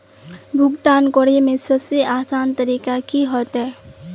भुगतान करे में सबसे आसान तरीका की होते?